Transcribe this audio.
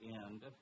end